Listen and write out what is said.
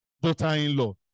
daughter-in-law